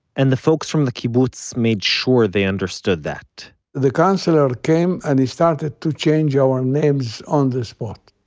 and the folks from the kibbutz made sure they understood that the counselor came and he started to change our ah um names on the spot.